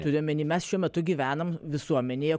turiu omeny mes šiuo metu gyvename visuomenėje